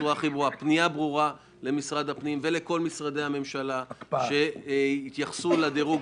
פנייה ברורה למשרד הפנים ומשרדי הממשלה - לצערי אין פה עוד חברי כנסת,